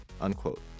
unquote